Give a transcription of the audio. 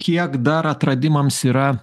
kiek dar atradimams yra